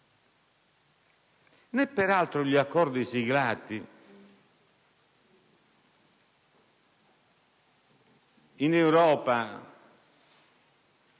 Né peraltro gli accordi siglati in Europa